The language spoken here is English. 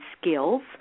skills